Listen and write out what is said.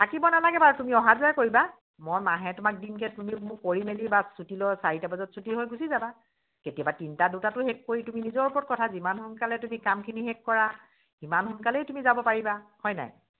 থাকিব নালাগে বাৰু তুমি অহা যোৱাই কৰিবা মই মাহে তোমাক দিমগৈ তুমি মোক কৰি মেলি বা চুটি লৈ চাৰিটা বজাত চুটি হৈ গুচি যাবা কেতিয়াবা তিনিটা দুটাতো শেষ কৰি তুমি নিজৰ ওপৰত কথা যিমান সোনকালে তুমি কামখিনি শেষ কৰা সিমান সোনকালেই তুমি যাব পাৰিবা হয় নাই